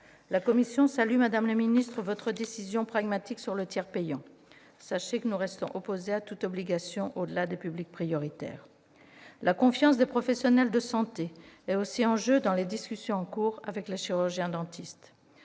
La commission salue, madame la ministre, votre décision pragmatique sur le tiers payant. Sachez que nous restons opposés à toute obligation au-delà des publics prioritaires. La confiance des professionnels de santé est aussi en jeu dans les discussions en cours avec les chirurgiens-dentistes.